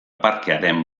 parkearen